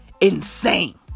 insane